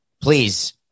Please